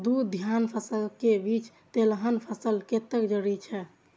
दू धान्य फसल के बीच तेलहन फसल कतेक जरूरी छे?